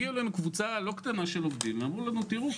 הגיעה אלינו קבוצה לא קטנה של עובדים שאמרה: תראו,